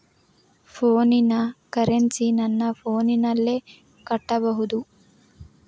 ಫೋನಿನ ಕರೆನ್ಸಿ ನನ್ನ ಫೋನಿನಲ್ಲೇ ಕಟ್ಟಬಹುದು?